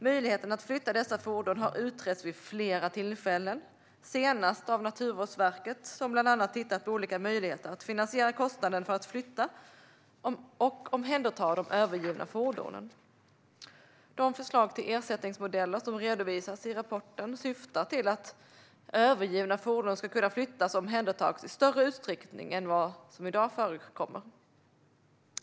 Möjligheten att flytta dessa fordon har utretts vid flera tillfällen, senast av Naturvårdsverket som bland annat har tittat på olika möjligheter att finansiera kostnaden för att flytta och omhänderta de övergivna fordonen. De förslag till ersättningsmodeller som redovisas i rapporten syftar till att övergivna fordon ska kunna flyttas och omhändertas i större utsträckning än vad som i dag förekommer.